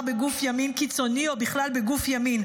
בגוף ימין קיצוני או בכלל בגוף ימין,